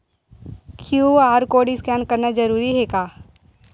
QR code scan करना जरूरी हे का?